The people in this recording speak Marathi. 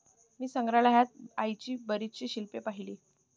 मी संग्रहालयात आईची बरीच शिल्पे पाहिली